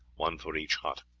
one for each hut.